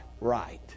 right